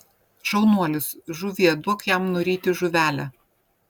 šaunuolis žuvie duok jam nuryti žuvelę